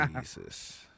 Jesus